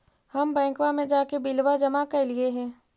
हम बैंकवा मे जाके बिलवा जमा कैलिऐ हे?